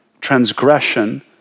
transgression